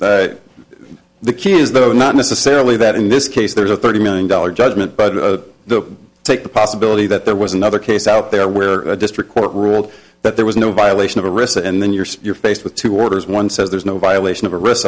the the key is that i would not necessarily that in this case there is a thirty million dollars judgment but the take the possibility that there was another case out there where a district court ruled that there was no violation of a risk and then you're so you're faced with two orders one says there's no violation of a risk